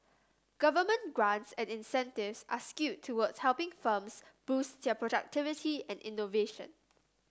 government grants and incentives are skewed towards helping firms boost their productivity and innovation